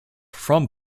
from